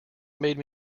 made